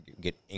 get